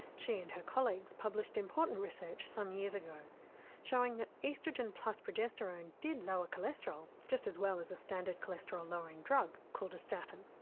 she and her colleagues published important research some years ago showing that oestrogen plus progesterone did lower cholesterol just as well as a standard cholesterol lowering drug called a statin.